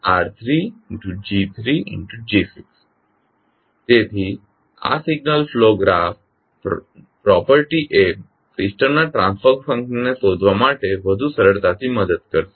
તેથી આ signal flow graph property એ સિસ્ટમના ટ્રાન્સફર ફંકશનને શોધવા માટે વધુ સરળતાથી મદદ કરશે